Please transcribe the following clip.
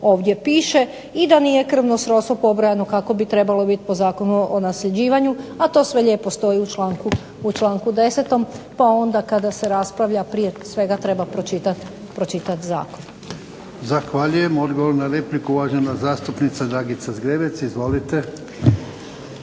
ovdje piše, i da nije krvno srodstvo pobrojano kako bi trebalo biti po Zakonu o nasljeđivanju. A to sve lijepo stoji u članku 10. pa onda kada se raspravlja prije svega treba pročitati zakon. **Jarnjak, Ivan (HDZ)** Zahvaljujem. Odgovor na repliku, uvažena zastupnica Dragica Zgrebec. Izvolite.